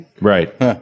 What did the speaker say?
Right